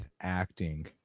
acting